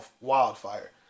wildfire